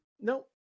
Nope